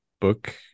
book